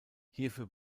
hierfür